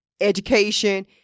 education